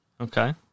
Okay